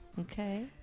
Okay